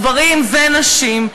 גברים ונשים.